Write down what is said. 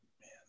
man